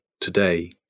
today